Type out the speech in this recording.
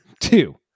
Two